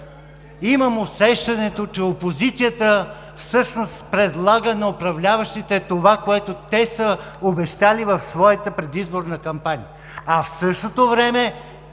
имам усещането, че опозицията всъщност предлага на управляващите това, което те са обещали в своята предизборна кампания, а в същото време